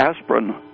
aspirin